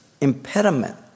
impediment